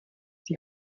die